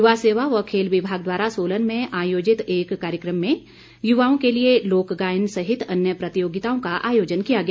युवा सेवा व खेल विभाग द्वारा सोलन में आयोजित एक कार्यक्रम में युवाओं के लिए लोकगायन सहित अन्य प्रतियोगिताओं का आयोजन किया गया